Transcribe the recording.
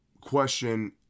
question